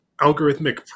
algorithmic